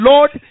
Lord